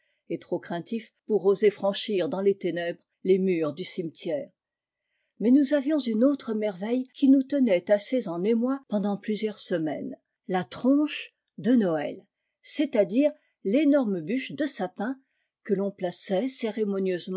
et trop craintifs pour oser franchir dans les ténèbres les murs du cimetière mais nous avions une autre merveille qui nous tenait assez en émoi pendant plusieurs semaines la tronche de noël c'est-à-dire l'énorme bûche de sapin que l'on plaçait cérémonieusement